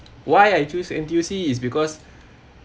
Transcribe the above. why I choose N_T_U_C is because